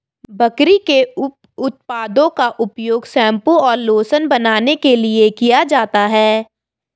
बकरी के उप उत्पादों का उपयोग शैंपू और लोशन बनाने के लिए किया जाता है